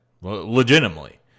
legitimately